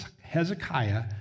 Hezekiah